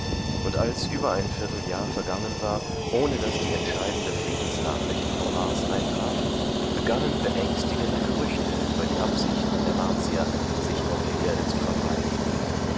und als über ein vierteljahr vergangen war ohne daß die entscheidende friedensnachricht vom mars eintraf begannen beängstigende gerüchte über die absichten der martier sich auf der erde zu verbreiten